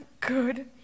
good